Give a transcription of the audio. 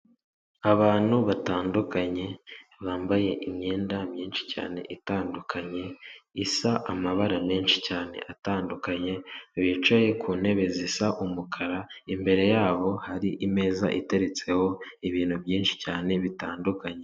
Abantu batandukanye bambaye imyenda myinshi cyane itandukanye isa amabara menshi cyane atandukanye, bicaye ku ntebe zisa umukara, imbere yabo hari imeza iteretseho ibintu byinshi cyane bitandukanye.